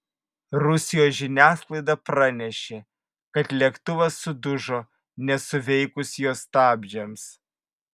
rusijos žiniasklaida pranešė kad lėktuvas sudužo nesuveikus jo stabdžiams